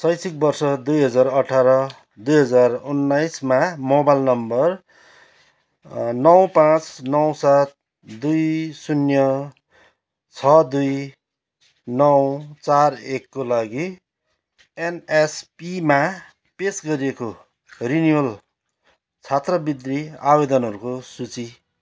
शैक्षिक वर्ष दुई हजार अठार दुई हजार उन्नाइसमा मोबाइल नम्बर नौ पाँच नौ सात दुई शून्य छ दुई नौ चार एकको लागि एन एस पीमा पेस गरिएको रिनियुवल छात्रवृत्ति आवेदनहरूको सूची